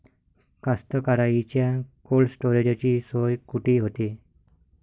कास्तकाराइच्या कोल्ड स्टोरेजची सोय कुटी होते?